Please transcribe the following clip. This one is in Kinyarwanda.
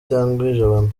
jabana